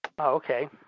Okay